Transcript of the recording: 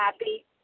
happy